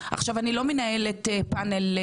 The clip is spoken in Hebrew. אני אעשה הבחנה.